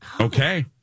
Okay